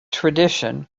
tradition